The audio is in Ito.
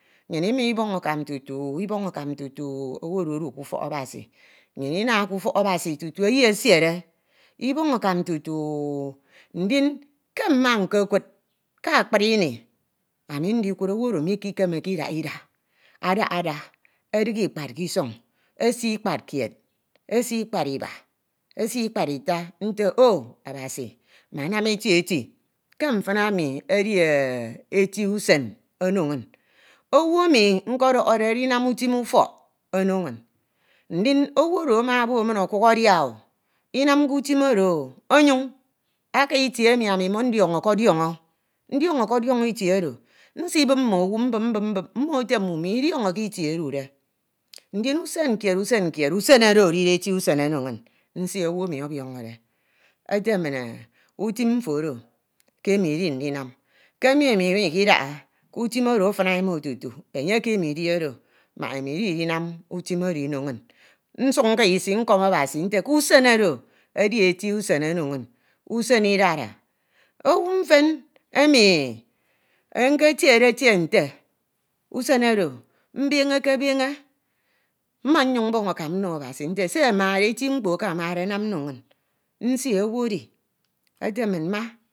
nnyin ima iboñ akam tutu. iboñ akam tutu. owu oro odu do ke ufok Abasi nnyin ufok Abasi tutu eyi esien iboñ akam tutu ke akpri ini ami ndikud owu emi mkekemeke idaha ida. adaha ada ẹdighi ikpad ke ison. esi ikpad kied. esi ikpad iba. esi ikpad ita. nte o Abasi amanam eti eti. ke mfin anu edi eti. usen ono inñ. owu emu nkedohode edinam utim ufọk ono inñ. ndin owu oro ama obo okuk adia o. inamke utim oro. ọnyuñ aka itie emi ami me nke diọñọke dioño. Ndiọñoke dioñọ itie oro. mbup mbup mbup mim ete mmimo idioñoke itie edude, Ndin usen kied usen kied. usen oro edide eti usen ono inñ. nsie owu emi ọbiọñọde ete min utim mfo oro ke imo idi ndinam ke emi mmo imakadaha ution oro afina min tutu. enye ke imo idi oro mbak mmo idia idinam utim ino inñ. Nsuk nka isi nkom Abasi nte ke usen oro edi usen ono inñ usen idara. Owu mfan emi nketiede tie nte usen oro. mbeñeke bañe mma nnyuñ nno Abasi nte se ofo amade. eti mkpo eke amade nam no inñ. Nsie owu edi eti eti mma